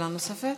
שאלה נוספת?